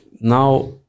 now